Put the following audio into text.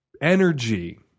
energy